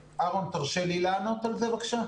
אהרון, תרשה לי לענות על זה בבקשה.